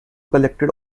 collected